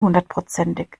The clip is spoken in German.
hundertprozentig